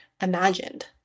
imagined